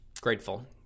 Grateful